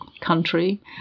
country